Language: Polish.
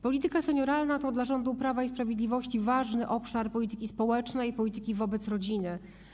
Polityka senioralna to dla rządu Prawa i Sprawiedliwości ważny obszar polityki społecznej i polityki wobec rodziny.